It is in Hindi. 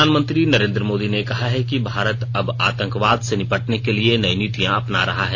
प्रधानमंत्री नरेन्द्र मोदी ने कहा है कि भारत अब आतंकवाद से निपटने के लिए नई नीतियां अपना रहा है